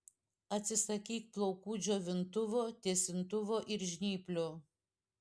atsisakyk plaukų džiovintuvo tiesintuvo ir žnyplių